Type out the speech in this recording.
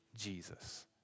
Jesus